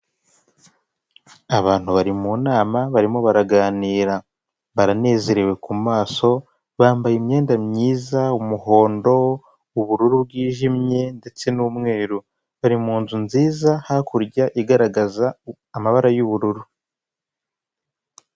Abantu bari mu nama barimo baraganira baranezerewe ku maso bambaye imyenda myiza umuhondo, ubururu bwijimye ndetse n'umweru bari munzu nziza hakurya igaragaza amabara y'ubururu.